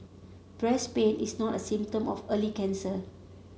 breast pain is not a symptom of early cancer